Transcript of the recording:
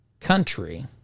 country